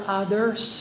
others